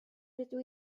rydw